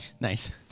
Nice